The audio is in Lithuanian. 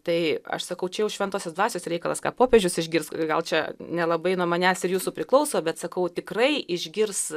tai aš sakau čia jau šventosios dvasios reikalas ką popiežius išgirs gal čia nelabai nuo manęs ir jūsų priklauso bet sakau tikrai išgirs